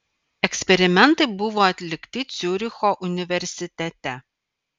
eksperimentai buvo atlikti ciuricho universitete